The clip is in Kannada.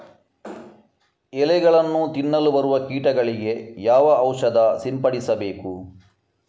ಎಲೆಗಳನ್ನು ತಿನ್ನಲು ಬರುವ ಕೀಟಗಳಿಗೆ ಯಾವ ಔಷಧ ಸಿಂಪಡಿಸಬೇಕು?